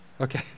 Okay